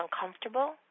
uncomfortable